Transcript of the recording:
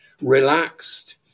relaxed